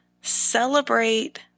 celebrate